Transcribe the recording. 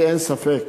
לי אין ספק,